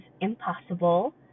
impossible